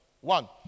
One